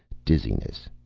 dizziness.